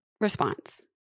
response